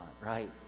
right